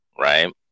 right